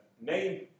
name